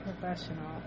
professional